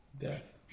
death